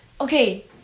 Okay